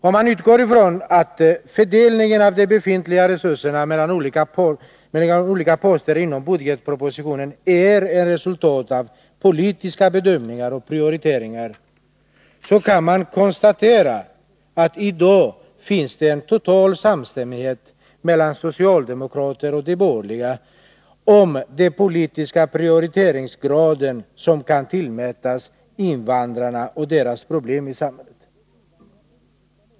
Om man utgår från att fördelningen av de befintliga resurserna mellan olika poster i budgeten är ett resultat av politiska bedömningar och prioriteringar, kan man konstatera att det i dag finns en total samstämmighet mellan socialdemokraterna och de borgerliga om den politiska prioriteringsgrad som skall tillmätas invandrarna och deras problem i samhället.